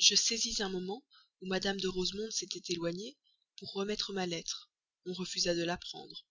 je saisis un moment où mme de rosemonde s'était éloignée pour remettre ma lettre on refusa de la prendre